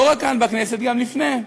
לא רק כאן בכנסת, גם לפני.